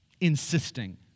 insisting